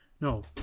no